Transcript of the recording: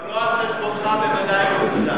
גם לא על חשבונך, בוודאי ובוודאי.